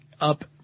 up